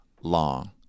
long